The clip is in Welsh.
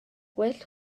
gwell